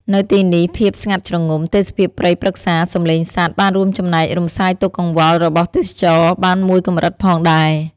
នៅទីនេះ ភាពស្ងាត់ជ្រងំ ទេសភាពព្រៃព្រឹក្សា សំឡេងសត្វ បានរួមចំណែករំសាយទុក្ខកង្វល់របស់ទេសចរបានមួយកម្រិតផងដែរ។